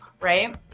right